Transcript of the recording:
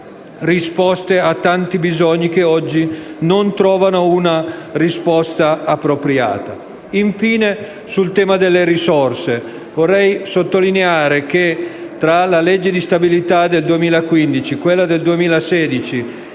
risposte ai tanti bisogni che oggi non trovano una risposta appropriata. Infine, sul tema delle risorse, vorrei sottolineare che tra la legge di stabilità del 2015, quella del 2016 e